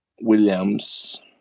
Williams